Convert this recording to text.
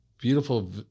beautiful